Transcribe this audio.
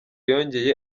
yongeye